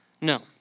No